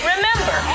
Remember